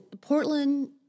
Portland